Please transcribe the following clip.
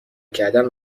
کردن